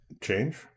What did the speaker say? change